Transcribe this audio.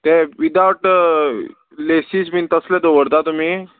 ते विदावट लेसीस बीन तसले दवरता तुमी